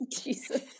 Jesus